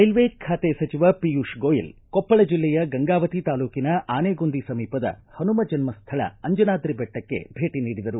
railway ಸಚಿವ ಪಿಯೂಷ್ ಗೋಯಲ್ ಕೊಪ್ಪಳ ಜಿಲ್ಲೆಯ ಗಂಗಾವತಿ ತಾಲೂಕಿನ ಆನೆಗೊಂದಿ ಸಮೀಪದ ಹನುಮ ಜನಸ್ವಳ ಅಂಜನಾದ್ರಿ ಬೆಟ್ಟಕ್ಕೆ ಭೇಟಿ ನೀಡಿದರು